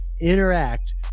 interact